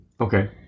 Okay